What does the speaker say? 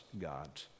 God